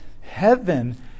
heaven